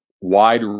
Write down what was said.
wide